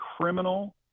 criminal